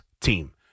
team